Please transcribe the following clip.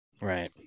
Right